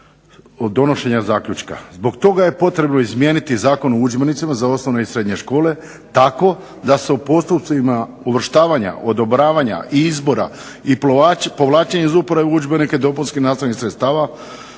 od donošenja zaključka. Zbog toga je potrebno izmijeniti Zakon o udžbenicima za osnovne i srednje škole tako da se u postupcima uvrštavanja odobravanja i izbora i povlačenje iz uprave udžbenika i dopunskih nastavnih sredstava